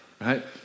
right